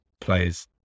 players